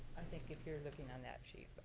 i think if you're looking on that sheet.